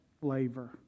flavor